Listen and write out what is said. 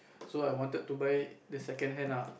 so I wanted to buy the second hand ah